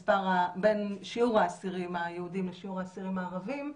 שיעור האסירים היהודים לשיעור האסירים הערבים,